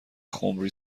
خمری